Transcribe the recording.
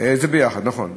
זה ביחד, נכון.